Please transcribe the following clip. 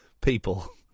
people